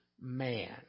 man